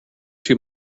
too